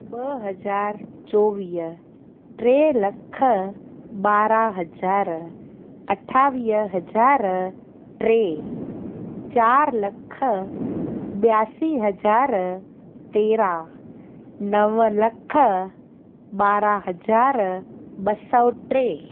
ॿ हज़ार चोवीह टे लख ॿारहां हज़ार अठावीह हज़ार टे चार लख ॿियासी हज़ार तेरहां नव लख ॿारहां हज़ार ॿ सौ टे